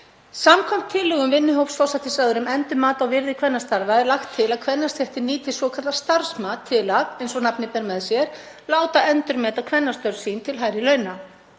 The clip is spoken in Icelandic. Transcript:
Samkvæmt tillögum vinnuhóps forsætisráðherra um endurmat á virði kvennastarfa er lagt til að kvennastéttir nýti svokallað starfsmat til að, eins og nafnið ber með sér, láta endurmeta kvennastörf sín til hærri launa.